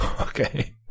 Okay